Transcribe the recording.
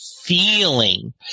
feeling